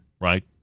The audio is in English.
Right